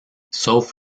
sauf